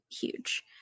huge